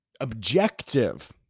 Objective